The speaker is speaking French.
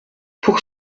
pour